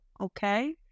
Okay